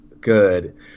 good